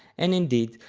and indeed,